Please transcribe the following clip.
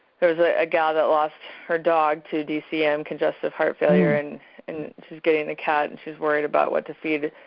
there's ah a gal that lost her dog to dcm, congestive heart failure, and and she's getting a cat and she's worried about what to feed it,